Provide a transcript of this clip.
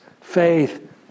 faith